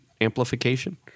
amplification